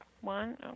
One